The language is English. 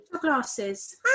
glasses